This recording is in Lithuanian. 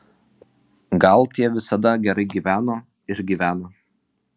gal tie visada gerai gyveno ir gyvena